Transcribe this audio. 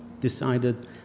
decided